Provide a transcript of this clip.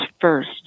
first